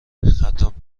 خطاب